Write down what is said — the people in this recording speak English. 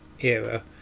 era